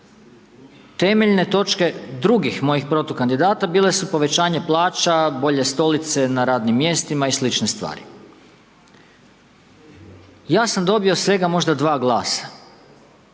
Temeljne točke drugih mojih protukandidata bile su povećanje plaća, bolje stolice na radnim mjestima i sl. stvari. Ja sam dobio svega možda dva glasa,